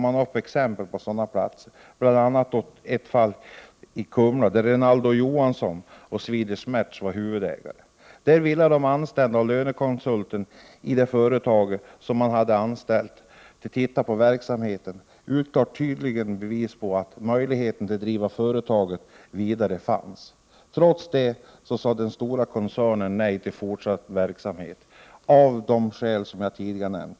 Där ges exempel på sådana här fall, bl.a. ett i Kumla, där Rinaldo & Johansson och Swedish Match var huvudägare. Där fann både de anställda och en lönekonsult, som hade anställts för att titta på verksamheten, klara bevis för att det fanns möjligheter att driva företaget vidare. Trots detta sade den stora koncernen nej till fortsatt verksamhet, av de skäl som jag tidigare nämnt.